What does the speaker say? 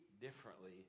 differently